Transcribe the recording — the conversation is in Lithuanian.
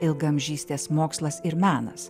ilgaamžystės mokslas ir menas